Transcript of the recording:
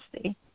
see